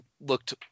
looked